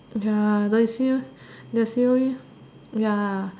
ya the C the C_O_E ya